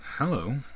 Hello